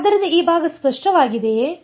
ಆದ್ದರಿಂದ ಈ ಭಾಗ ಸ್ಪಷ್ಟವಾಗಿದೆಯೇ